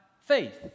faith